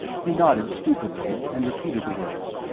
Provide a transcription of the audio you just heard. he nodded stupidly and repeated the words.